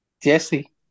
Jesse